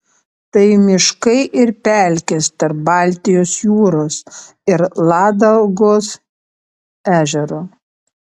tai miškai ir pelkės tarp baltijos jūros ir ladogos ežero